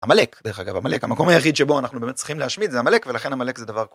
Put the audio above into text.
עמלק, דרך אגב עמלק, המקום היחיד שבו אנחנו באמת צריכים להשמיד זה עמלק ולכן עמלק זה דבר.